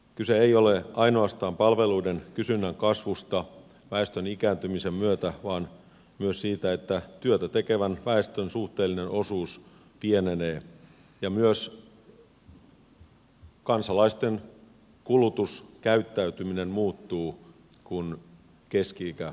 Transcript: kyse ei ole ainoastaan palveluiden kysynnän kasvusta väestön ikääntymisen myötä vaan myös siitä että työtä tekevän väestön suhteellinen osuus pienenee ja myös kansalaisten kulutuskäyttäytyminen muuttuu kun keski ikä nousee